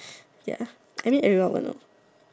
ya I mean everyone will know